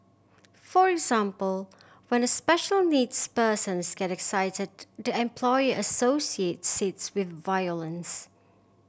for example when a special needs persons get excited the employer associates it with violence